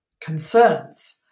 concerns